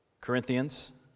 Corinthians